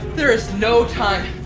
there is no time.